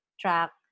track